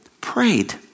prayed